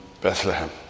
Bethlehem